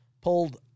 pulled